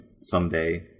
someday